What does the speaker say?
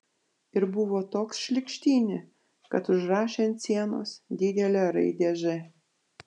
ir buvo toks šlykštynė kad užrašė ant sienos didelę raidę ž